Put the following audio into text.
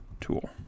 tool